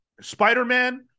Spider-Man